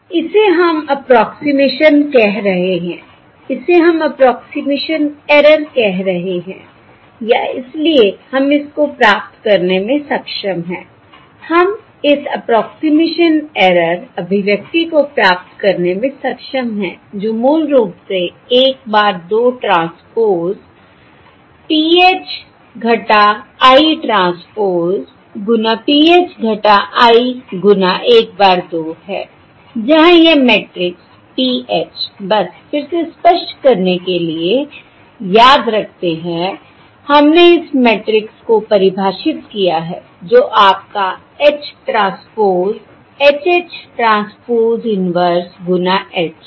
इसे हम 'approximation' 'approximation' कह रहे हैं इसे हम 'अप्रोक्सिमेशन ऐरर' 'approximation error' कह रहे हैं या इसलिए हम इस को प्राप्त करने में सक्षम हैं हम इस 'अप्रोक्सिमेशन ऐरर' 'approximation error' अभिव्यक्ति को प्राप्त करने में सक्षम हैं जो मूल रूप से 1 bar 2 transpose PH - I transpose गुना PH - I गुना 1 bar 2 है जहां यह मैट्रिक्स PH बस फिर से स्पष्ट करने के लिए याद रखते हैं हमने इस मैट्रिक्स को परिभाषित किया है जो आपका H transpose H H transpose inverse गुना H है